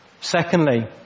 Secondly